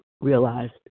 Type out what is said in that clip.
realized